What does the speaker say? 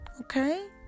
okay